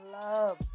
love